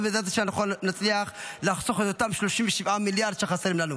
ובעזרת השם אנחנו נצליח לחסוך את אותם 37 מיליארד שחסרים לנו.